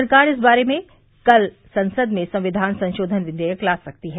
सरकार इस बारे में आज संसद में संविधान संशोधन विधेयक ला सकती है